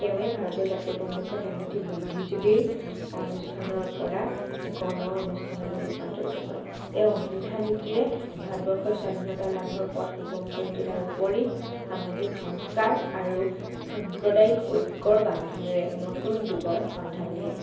তেৱেঁ ভাৰতীয় জাতীয় কংগ্ৰেছত এমুঠি বুদ্ধিজীৱিৰ অনুষ্ঠানৰ পৰা গণ অনুষ্ঠানলৈ ৰূপান্তৰিত কৰে তেওঁ অহিংসা নীতিৰে ভাৰতবৰ্ষৰ স্বাধীনতা লাভৰ পথ সুগম কৰি তোলাৰ উপৰি সামাজিক সংস্কাৰ আৰু সাম্প্ৰদায়িক ঐক্যৰ বান্ধোনেৰে নতুন যুগৰ সন্ধান দিয়ে